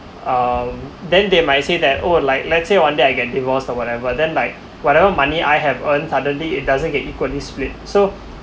um then they might say that oh like let's say one day I get divorced or whatever then like whatever money I have earned suddenly it doesn't get equally split so